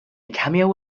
cameo